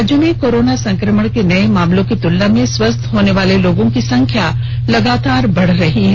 राज्य में कोरोना संक्रमण के नए मामलों की तुलना में स्वस्थ होनेवाले लोगों की संख्या लगातार बढ़ रही है